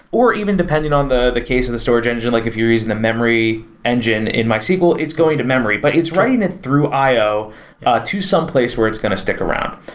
or even depending on the the case of the storage engine. like if you're using a memory engine in mysql, it's going to memory, but it's writing ah through i o ah to some place where it's going to stick around.